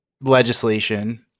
legislation